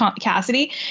Cassidy